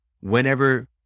whenever